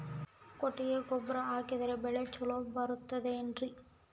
ಕೊಟ್ಟಿಗೆ ಗೊಬ್ಬರ ಹಾಕಿದರೆ ಬೆಳೆ ಚೊಲೊ ಬರುತ್ತದೆ ಏನ್ರಿ?